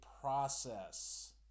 process